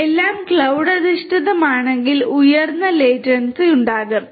അതിനാൽ എല്ലാം ക്ലൌഡ് അധിഷ്ഠിതമാണെങ്കിൽ ഉയർന്ന ലേറ്റൻസി ഉണ്ടാകും